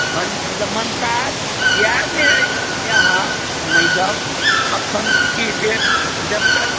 भलमनसाहत इएहमे अछि जे अहाँ नहि जाउ अखन किछु देर जब तक